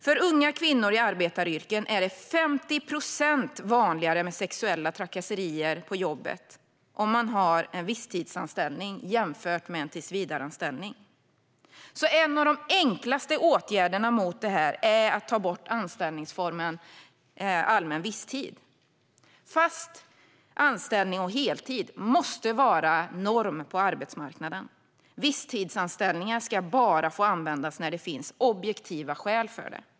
För unga kvinnor i arbetaryrken är det 50 procent vanligare med sexuella trakasserier på jobbet om man har en visstidsanställning jämfört med en tillsvidareanställning. En av de enklaste åtgärderna mot detta är att ta bort anställningsformen allmän visstid. Fast anställning och heltid måste vara norm på arbetsmarknaden. Visstidsanställningar ska bara få användas när det finns objektiva skäl för det.